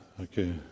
Okay